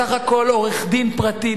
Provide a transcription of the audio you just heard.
בסך הכול עורך-דין פרטי,